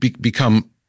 become